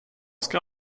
ska